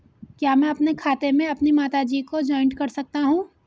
क्या मैं अपने खाते में अपनी माता जी को जॉइंट कर सकता हूँ?